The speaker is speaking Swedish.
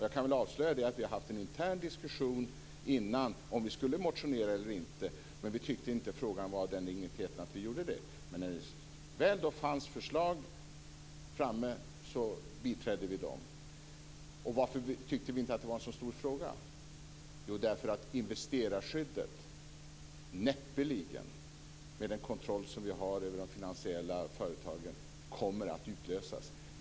Jag kan avslöja att vi i förväg har haft en intern diskussion om ifall vi skulle motionera eller inte men att vi inte tyckte att frågan var av den digniteten att vi skulle göra det. Men när det väl fanns förslag framme biträdde vi dem. Varför tyckte vi då att frågan inte var så stor? Jo, därför att investerarskyddet, med den kontroll som vi har över de finansiella företagen, näppeligen kommer att utlösas.